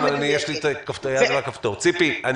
ציפי,